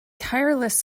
tireless